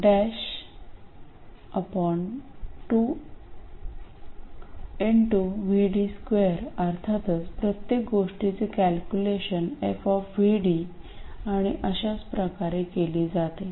2 अर्थातच प्रत्येक गोष्टीची कॅल्क्युलेशन f आणि अशाच प्रकारे केली जाते